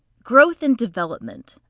growth and development.